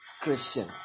Christian